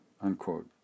unquote